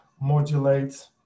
modulate